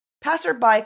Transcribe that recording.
Passerby